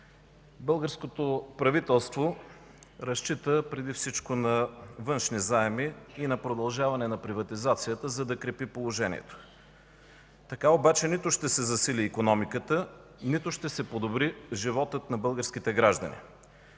Българското правителство разчита преди всичко на външни заеми и на продължаване на приватизацията, за да крепи положението. Така обаче нито ще се засили икономиката, нито ще се подобри животът на българските граждани.